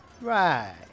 Right